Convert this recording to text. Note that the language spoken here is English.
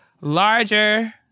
larger